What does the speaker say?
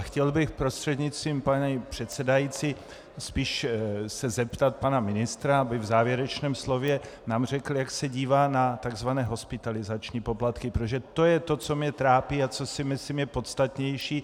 Chtěl bych se prostřednictvím paní předsedající spíše zeptat pana ministra, aby nám v závěrečném slově řekl, jak se dívá na tzv. hospitalizační poplatky, protože to je to, co mě trápí a co si myslím, že je podstatnější.